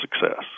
success